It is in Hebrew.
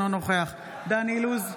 אינו נוכח דן אילוז,